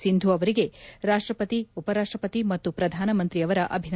ಸಿಂಧು ಅವರಿಗೆ ರಾಷ್ಟ್ವಪತಿ ಉಪರಾಷ್ಟ್ವಪತಿ ಮತ್ತು ಪ್ರಧಾನಮಂತ್ರಿಯವರ ಅಭಿನಂದನೆ